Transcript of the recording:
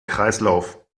kreislauf